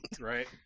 Right